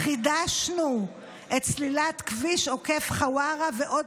חידשנו את סלילת כביש עוקף חווארה ועוד